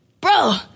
Bro